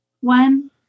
one